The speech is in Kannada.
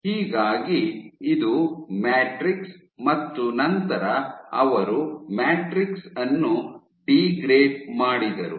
ಹೀಗಾಗಿ ಇದು ಮ್ಯಾಟ್ರಿಕ್ಸ್ ಮತ್ತು ನಂತರ ಅವರು ಮ್ಯಾಟ್ರಿಕ್ಸ್ ಅನ್ನು ಡಿಗ್ರೇಡ್ ಮಾಡಿದರು